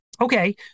Okay